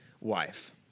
wife